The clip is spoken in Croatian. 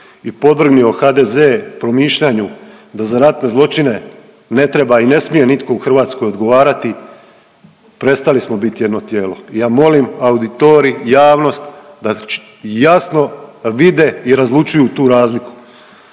i podvrgnio HDZ promišljanju da za ratne zločine ne treba i ne smije nitko u Hrvatskoj odgovarati, prestali smo bit jedno tijelo i ja molim auditorij, javnost da jasno vide i razlučuju tu razliku.